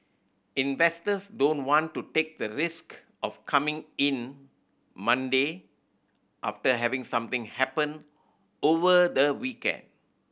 investors don't want to take the risk of coming in Monday after having something happen over the weekend